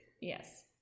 Yes